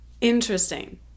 interesting